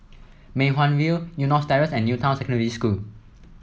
Mei Hwan View Eunos Terrace and New Town Secondary School